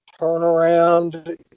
turnaround